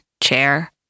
chair